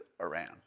Iran